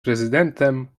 prezydentem